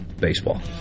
baseball